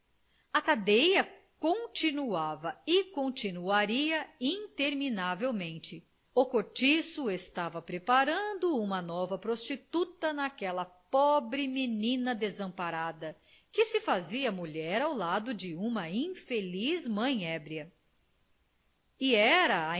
a cadeia continuava e continuaria interminavelmente o cortiço estava preparando uma nova prostituta naquela pobre menina desamparada que se fazia mulher ao lado de uma infeliz mãe ébria e era